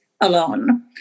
alone